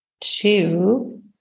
two